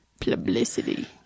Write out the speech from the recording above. Publicity